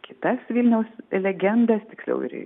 kitas vilniaus legendas tiksliau ir